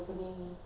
(uh huh)